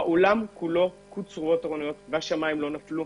בעולם כולו קוצרו התורנויות והשמים לא נפלו.